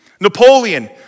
Napoleon